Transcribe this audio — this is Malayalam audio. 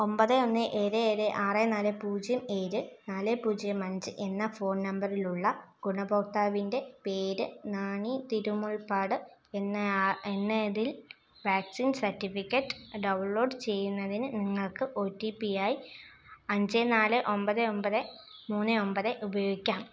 ഒമ്പത് ഒന്ന് ഏഴ് ഏഴ് ആറ് നാല് പൂജ്യം ഏഴ് നാല് പൂജ്യം അഞ്ച് എന്ന ഫോൺ നമ്പറിലുള്ള ഗുണഭോക്താവിൻ്റെ പേര് നാണി തിരുമുൽപ്പാട് എന്നയാ എന്നതിൽ വാക്സിൻ സർട്ടിഫിക്കറ്റ് ഡൗൺലോഡ് ചെയ്യുന്നതിന് നിങ്ങൾക്ക് ഒ ടി പി ആയി അഞ്ച് നാല് ഒമ്പത് ഒമ്പത് മൂന്ന് ഒമ്പത് ഉപയോഗിക്കാം